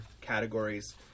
categories